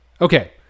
Okay